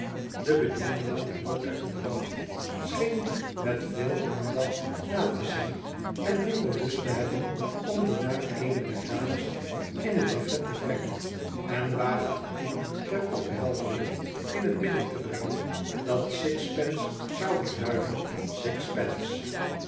de bediende nam de nota in de hand scheen die met veel aandacht na te zien en minder lust te hebben om die naar eene der dames in het buffet te brengen en waagde toen ter opheldering in het midden te brengen dat six pence zou beduiden six pence